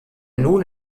nun